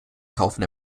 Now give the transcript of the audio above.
kaufen